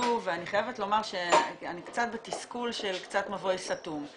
לומר שאני קצת בתסכול של מבוי סתום.